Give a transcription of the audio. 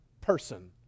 person